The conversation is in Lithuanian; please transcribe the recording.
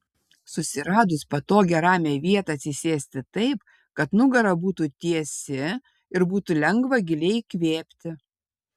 susiradus patogią ramią vietą atsisėsti taip kad nugara būtų tiesi ir būtų lengva giliai įkvėpti